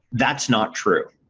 that's not true.